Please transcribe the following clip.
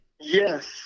Yes